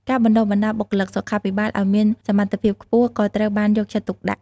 ការបណ្តុះបណ្តាលបុគ្គលិកសុខាភិបាលឱ្យមានសមត្ថភាពខ្ពស់ក៏ត្រូវបានយកចិត្តទុកដាក់។